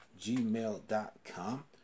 gmail.com